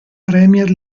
premier